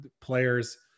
players